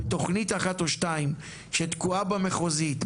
בתוכנית אחת או שתיים שתקועה במחוזית,